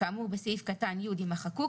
כאמור בסעיף קטן (י)"- יימחקו.